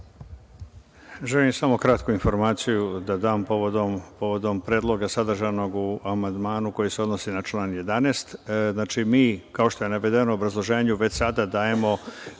Želim samo kratku informaciju da dam povodom predloga sadržanog u amandmanu koji se odnosi na član 11. Znači, mi kao što je navedeno u obrazloženju već sada dajemo